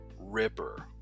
Ripper